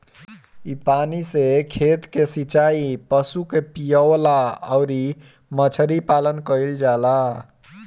इ पानी से खेत कअ सिचाई, पशु के पियवला अउरी मछरी पालन कईल जाला